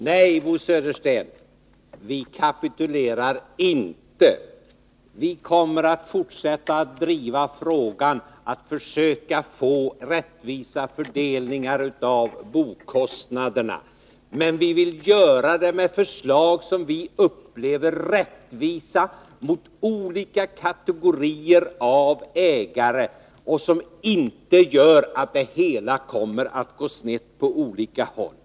Herr talman! Nej, Bo Södersten, vi kapitulerar inte. Vi kommer att fortsätta att driva frågan, att försöka få rättvisa fördelningar av boendekostnaderna. Men vi vill göra det med förslag som vi upplever som rättvisa mot olika kategorier av ägare, och som inte gör att det hela kommer att gå snett på olika håll.